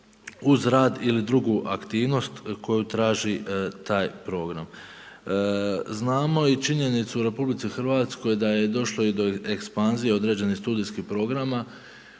uz rad, ili drugu aktivnosti koju traži taj program. Znamo i činjenicu u RH da je došlo i do ekspanzije određenih studijskih programa